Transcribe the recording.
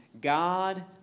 God